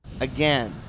again